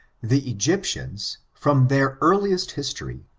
the egyptians, from their earliest history,